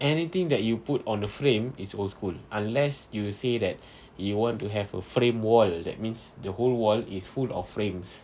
anything that you put on the frame is old school unless you say that you want to have a frame wall that means the whole wall is full of frames